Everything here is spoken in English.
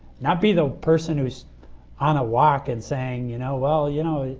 not be the person who is on a walk and saying, you know, well, you know,